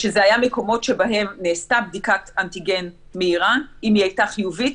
שאלה היו מקומות שבהם נעשתה בדיקת אנטיגן מהירה אם היא הייתה חיובית,